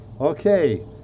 okay